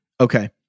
Okay